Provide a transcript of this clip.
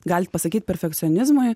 galit pasakyt perfekcionizmui